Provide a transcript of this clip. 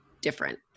different